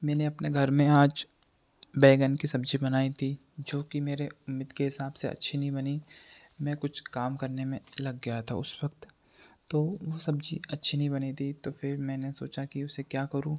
मेंने अपने घर में आज बैंगन कि सब्ज़ी बनाई थी जो कि मेरे उम्मीद के हिसाब से अच्छी नहीं बनी मैं कुछ काम करने में लग गया था उस वक़्त तो वह सब्ज़ी अच्छी नहीं बनी थी तो फिर मैंने सोचा कि उसे क्या करूँ